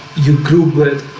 you group with